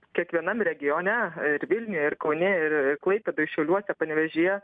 kiekvienam regione ir vilniuje ir kaune ir klaipėdoj šiauliuose panevėžyje